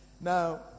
Now